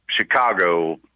chicago